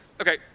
Okay